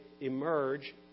emerge